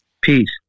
Peace